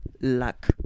luck